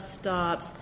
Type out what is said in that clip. stops